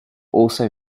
also